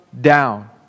down